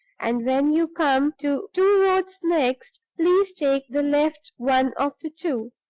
and when you come to two roads next, please take the left one of the two.